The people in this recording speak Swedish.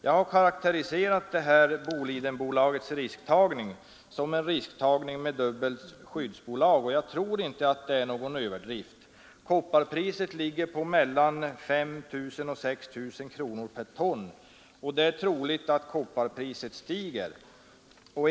Jag har karakteriserat Bolidenbolagets risktagning som en risktagning med dubbelt skyddsnät, och jag tror inte att det är någon överdrift. Kopparpriset ligger på mellan 5 000 och 6 000 kronor per ton, och det är troligt att det stiger.